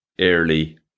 early